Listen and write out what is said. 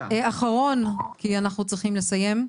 אחרון, כי אנחנו צריכים לסיים.